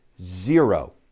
zero